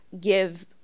give